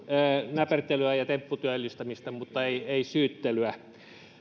näpertelyä ja tempputyöllistämistä mutta ei ei syyttelyä